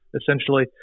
Essentially